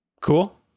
Cool